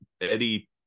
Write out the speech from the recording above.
Eddie